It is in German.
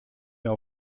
mehr